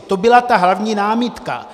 To byla ta hlavní námitka.